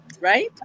right